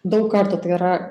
daug kartų tai yra